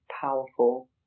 powerful